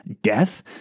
death